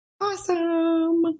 Awesome